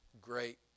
great